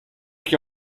qui